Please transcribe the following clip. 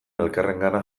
elkarrengana